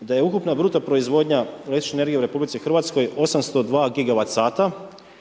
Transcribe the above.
da je ukupna bruto proizvodnja električne energije u RH 802